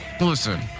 listen